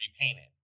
repainted